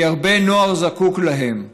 כי הרבה נוער זקוק להם.